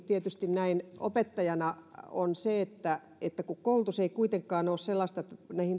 tietysti näin opettajana on se kun koulutus ei kuitenkaan ole sellaista